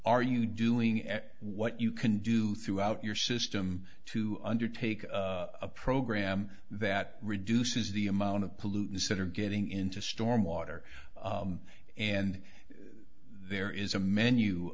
are you doing at what you can do throughout your system to undertake a program that reduces the amount of pollutants that are getting into stormwater and there is a menu